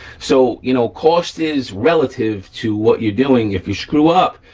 so you know cost is relative to what you're doing. if you screw up,